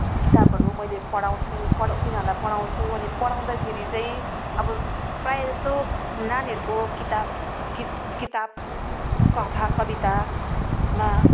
किताबहरू मैले पढाउँछु पढाउँ तिनीहरूलाई पढाउँछु अनि पढाउँदाखेरि चाहिँ अब प्रायःजस्तो नानीहरूको किताब कित किताब कथा कवितामा